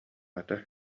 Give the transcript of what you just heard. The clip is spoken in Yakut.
этэ